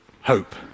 hope